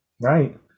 Right